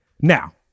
Now